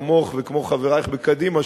כמוך וכמו חברייך בקדימה,